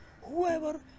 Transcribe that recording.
whoever